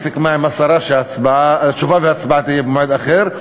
סיכמה עם השרה שתשובה והצבעה יהיו במועד אחר.